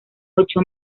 ocho